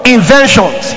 inventions